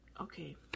Okay